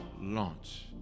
launch